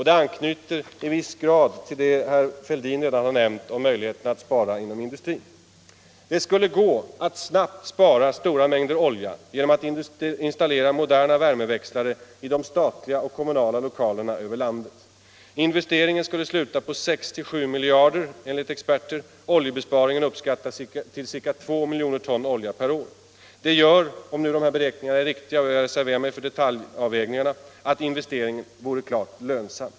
Det anknyter i viss grad till det herr Fälldin redan har nämnt om möjligheterna att spara inom industrin. Det skulle gå att snabbt spara stora mängder olja genom att installera moderna värmeväxlare i de statliga och kommunala lokalerna över landet. Investeringen skulle sluta på 6-7 miljarder enligt experter. Oljebesparingen uppskattas till ca 2 miljoner ton olja per år. Det gör — om beräkningarna är riktiga, jag reserverar mig för detaljavvägningarna — att investeringen vore klart lönsam.